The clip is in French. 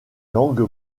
langue